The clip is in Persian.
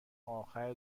آخر